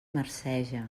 marceja